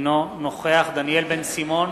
אינו נוכח דניאל בן-סימון,